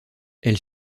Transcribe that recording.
elle